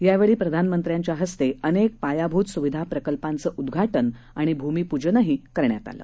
यावेळी प्रधानमंत्र्यांच्या हस्ते अनेक पायाभूत सुविधा प्रकल्पांच उद्घाटन आणि भूमिपूजनही करण्यात आलं